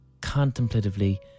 contemplatively